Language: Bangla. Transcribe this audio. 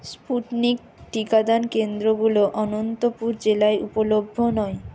স্পুটনিক টিকাদান কেন্দ্রগুলো অনন্তপুর জেলায় উপলভ্য নয়